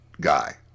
guy